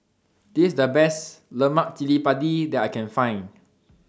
This IS The Best Lemak Cili Padi that I Can Find